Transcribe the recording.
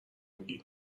میگی